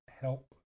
help